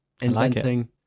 inventing